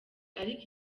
ariko